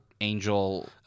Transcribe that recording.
Angel